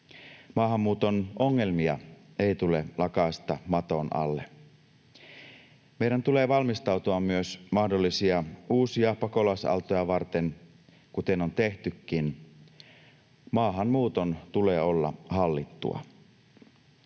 Maahanmuuton ongelmia ei tule lakaista maton alle. Meidän tulee valmistautua myös mahdollisia uusia pakolaisaaltoja varten, kuten on tehtykin. Maahanmuuton tulee olla hallittua.